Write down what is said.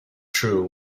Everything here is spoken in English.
true